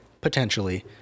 Potentially